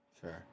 Sure